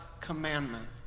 commandment